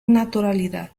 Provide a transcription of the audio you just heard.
naturalidad